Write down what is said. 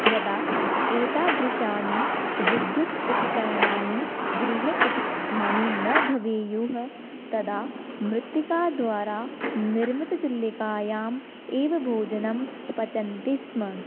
यदा एतादृशानि विद्युत् उपकरणानि गृहे उपलब्धानि न भवेयुः तदा मृत्तिकाद्वारा निर्मितचुल्लिकायाम् एव भोजनं पचन्ति स्म